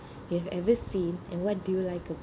you have ever seen and what do you like